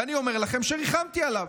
ואני אומר לכם שריחמתי עליו.